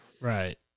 Right